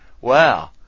wow